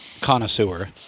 Connoisseur